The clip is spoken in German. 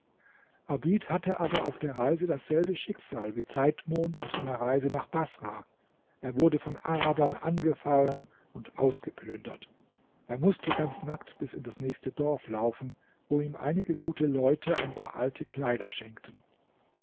abid hatte aber auf der reise dasselbe schicksal wie zeitmond auf seiner reise nach baßrah er wurde von arabern angefallen und ausgeplündert er mußte ganz nackt bis in das nächste dorf laufen wo ihm einige gute leute ein paar alte kleider schenkten